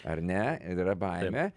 ar ne ir yra baimė